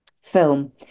film